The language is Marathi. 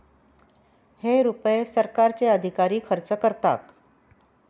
हे रुपये सरकारचे अधिकारी खर्च करतात